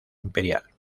imperial